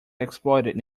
exploited